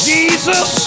Jesus